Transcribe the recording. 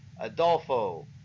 Adolfo